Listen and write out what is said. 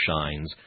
shines